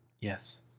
Yes